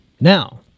Now